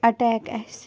attack اَسہِ